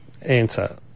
answer